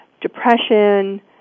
Depression